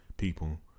people